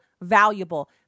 valuable